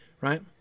Right